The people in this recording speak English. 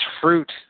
fruit